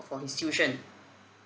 for his tuition